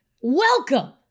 Welcome